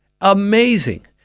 Amazing